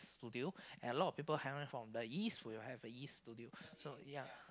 studio and a lot of people coming from the east we will have a east studio so ya